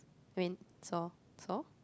when saw saw